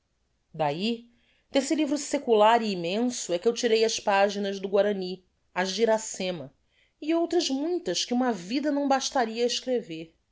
d'ahi desse livro secular e immenso é que eu tirei as paginas do guarany as de iracema e outras muitas que uma vida não bastaria á escrever